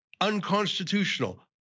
unconstitutional